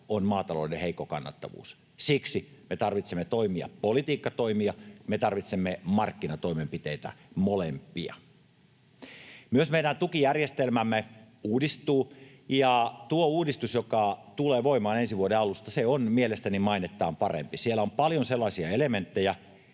on maatalouden heikko kannattavuus. Siksi me tarvitsemme toimia, politiikkatoimia, me tarvitsemme markkinatoimenpiteitä, molempia. Myös meidän tukijärjestelmämme uudistuu, ja tuo uudistus, joka tulee voimaan ensi vuoden alusta, on mielestäni mainettaan parempi. Siellä on paljon sellaisia elementtejä,